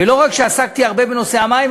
ולא רק שעסקתי הרבה בנושא המים,